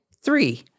Three